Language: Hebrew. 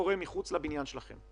לראות מה קורה מחוץ לבניין שלכם,